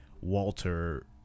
Walter